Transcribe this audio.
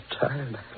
tired